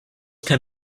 can